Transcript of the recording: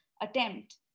attempt